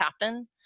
happen